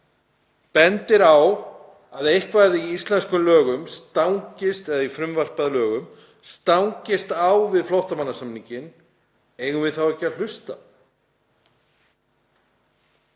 bendir á að eitthvað í frumvarpi að íslenskum lögum stangist á við flóttamannasamninginn, eigum við þá ekki að hlusta?